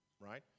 Right